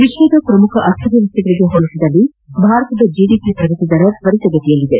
ವಿಶ್ವದ ಪ್ರಮುಖ ಅರ್ಥ ವ್ಯವಸ್ಥೆಗಳಿಗೆ ಹೋಲಿಸಿದರೆ ಭಾರತದ ಜಡಿಪಿ ಪ್ರಗತಿದರ ತ್ವರಿತಗತಿಯಲ್ಲಿದೆ